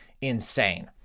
insane